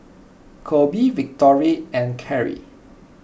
Coby Victory and Carie